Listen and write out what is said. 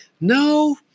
no